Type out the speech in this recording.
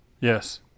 Yes